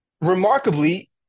Remarkably